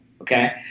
Okay